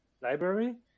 library